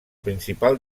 principal